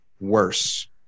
worse